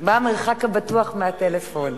מה המרחק הבטוח מהטלפון.